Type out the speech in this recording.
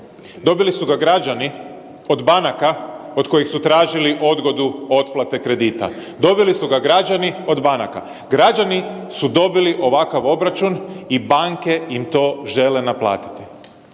dobili su ga građani od banaka od kojih su tražili odgodu otplate kredita. Dobili su ga građani od banaka, građani su dobili ovakav obračun i banke im to žele naplatiti.